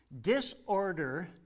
Disorder